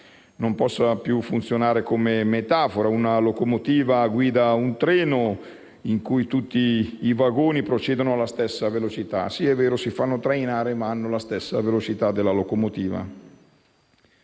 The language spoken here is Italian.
non possa più funzionare come metafora: una locomotiva guida un treno in cui tutti i vagoni procedono alla stessa velocità. È vero, si fanno trainare, ma hanno la stessa velocità della locomotiva.